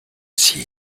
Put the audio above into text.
see